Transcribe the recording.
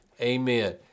amen